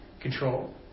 control